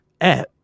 app